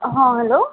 ହଁ ହେଲୋ